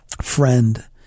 friend